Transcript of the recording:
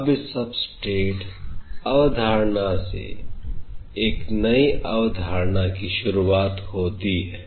अब इस SUBSTRATE अवधारणा से एक नई अवधारणा की शुरुआत होती है